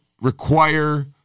require